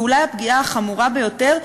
והיא אולי הפגיעה החמורה ביותר,